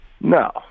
No